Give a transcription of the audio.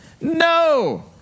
No